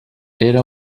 era